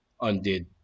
undid